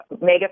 Mega